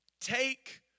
Take